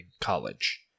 College